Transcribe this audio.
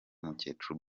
mukecuru